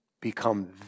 become